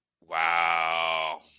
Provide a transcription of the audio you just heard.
Wow